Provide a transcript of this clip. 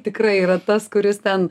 tikrai yra tas kuris ten